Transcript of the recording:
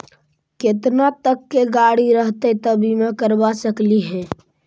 केतना तक के गाड़ी रहतै त बिमा करबा सकली हे?